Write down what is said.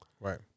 Right